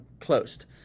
closed